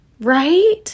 right